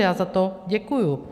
Já za to děkuju.